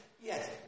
yes